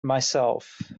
myself